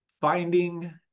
finding